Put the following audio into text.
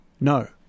No